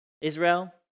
Israel